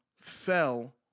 fell